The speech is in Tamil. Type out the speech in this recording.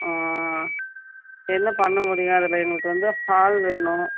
என்ன பண்ண முடியும் அதில் எங்களுக்கு வந்து ஹால் வேணும்